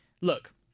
look